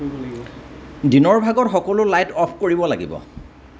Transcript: দিনৰ ভাগত সকলো লাইট অফ কৰিব লাগিব